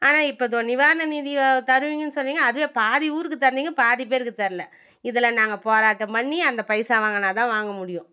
ஆனால் இப்போது இதோ நிவாரண நிதி தருவீங்கன்னு சொன்னீங்க அதுவே பாதி ஊருக்கு தந்தீங்க பாதி பேருக்கு தர்ல இதில் நாங்கள் போராட்டம் பண்ணி அந்த பைசா வாங்கினா தான் வாங்க முடியும்